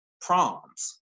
proms